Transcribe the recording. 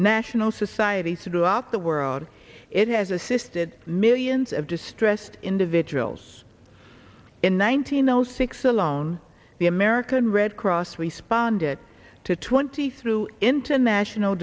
national society throughout the world it has assisted millions of distressed individuals in one thousand those six alone the american red cross responded to twenty through international